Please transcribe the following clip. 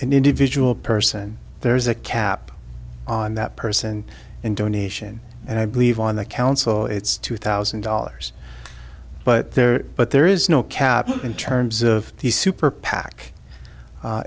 an individual person there's a cap on that person and donation and i believe on the council it's two thousand dollars but there but there is no cap in terms of the super pac